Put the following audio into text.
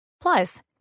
plus